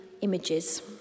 images